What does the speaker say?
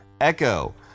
Echo